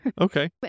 Okay